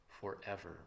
forever